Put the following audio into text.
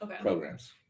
programs